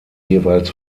jeweils